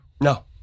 No